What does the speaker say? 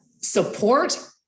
support